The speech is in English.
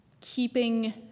keeping